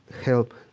help